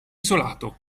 isolato